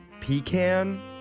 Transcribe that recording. pecan